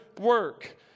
work